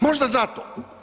Možda zato.